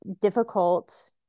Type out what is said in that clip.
difficult